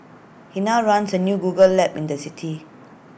he now runs A new Google lab in that city